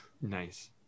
Nice